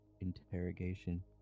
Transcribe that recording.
Interrogation